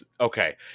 Okay